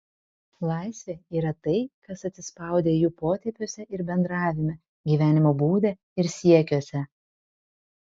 laisvė yra tai kas atsispaudę jų potėpiuose ir bendravime gyvenimo būde ir siekiuose